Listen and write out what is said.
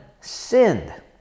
sinned